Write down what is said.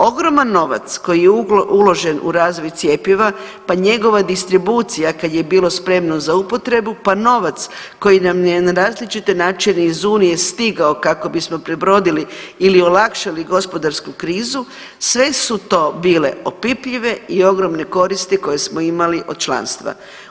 Ogroman novac koji je uložen u razvoj cjepiva pa njegova distribucija kad je bilo spremno za upotrebu, pa novac koji nam je na različite načine iz unije stigao kako bismo prebrodili ili olakšali gospodarsku krizu, sve su to bile opipljive i ogromne koristi koje smo imali od članstva.